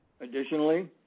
Additionally